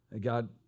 God